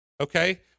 okay